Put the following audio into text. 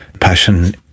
passion